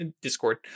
Discord